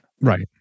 right